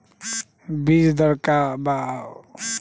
बीज दर का वा?